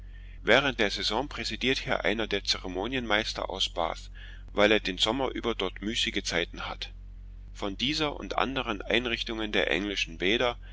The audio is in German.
während der saison präsidiert hier einer der zeremonienmeister aus bath weil er den sommer über dort müßige zeit hat von dieser und anderen einrichtungen der englischen bäder